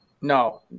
No